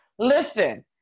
Listen